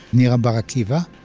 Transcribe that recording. nira bar-akivah,